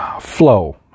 Flow